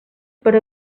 per